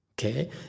okay